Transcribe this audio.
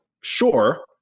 sure